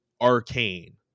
Arcane